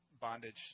bondage